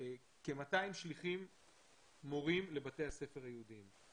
כ-200 שליחים מורים לבתי הספר היהודיים.